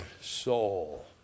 soul